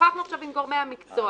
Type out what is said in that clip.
שוחחנו עכשיו עם גורמי המקצוע,